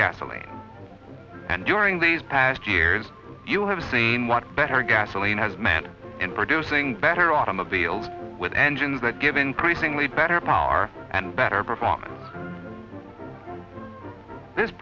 gasoline and during these past years you have seen what better gasoline has meant in producing better automobiles with engines that give increasingly better power and better performance this